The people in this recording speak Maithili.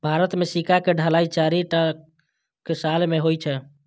भारत मे सिक्का के ढलाइ चारि टकसाल मे होइ छै